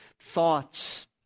thoughts